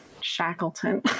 Shackleton